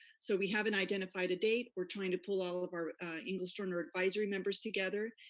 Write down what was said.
so we haven't identified a date. we're trying to pull all of our english learner advisory members together,